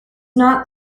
not